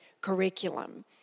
curriculum